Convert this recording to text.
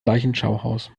leichenschauhaus